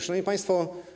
Szanowni Państwo!